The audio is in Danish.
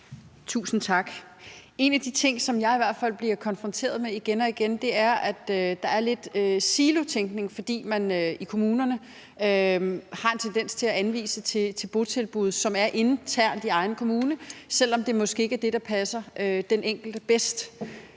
Tusind tak. En af de ting, som jeg i hvert fald bliver konfronteret med igen og igen, er, at der er lidt silotænkning, fordi man i kommunerne har en tendens til at anvise til botilbud, som er internt i egen kommune, selv om det måske ikke er det, der passer den enkelte bedst.